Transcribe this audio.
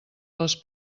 les